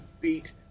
beat